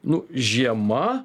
nu žiema